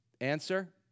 Answer